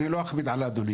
אני לא אכביד על אדוני.